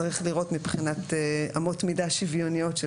צריך לראות מבחינת אמות מידה שוויוניות של